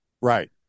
Right